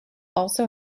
also